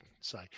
say